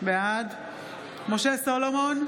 בעד משה סולומון,